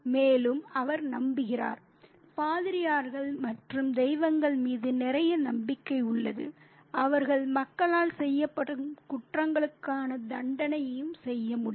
மேலும் அவர் நம்புகிறார் பாதிரியார்கள் மற்றும் தெய்வங்கள் மீது நிறைய நம்பிக்கை உள்ளது அவர்கள் மக்களால் செய்யப்படும் குற்றங்களுக்கான தண்டனையையும் செய்ய முடியும்